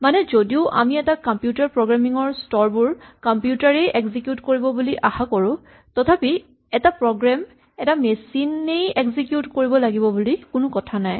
মানে যদিও আমি এটা কম্পিউটাৰ প্ৰগ্ৰেমিং ৰ স্তৰবোৰ বোৰ কম্পিউটাৰ এই এক্সিকিউট কৰিব বুলি আশা কৰো তথাপি এটা প্ৰগ্ৰেম এটা মেচিন এই এক্সিকিউট কৰিব লাগিব বুলি কোনো কথা নাই